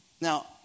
Now